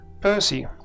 Percy